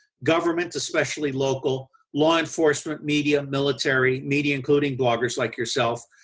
governments, especially local, law enforcement, media, military, media, including bloggers like yourself.